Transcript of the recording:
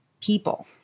people